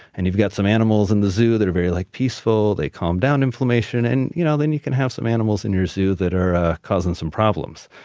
and you've got some animals in the zoo that are very like peaceful, they calm down inflammation. and you know then you can have some animals in your zoo that are ah causing some problems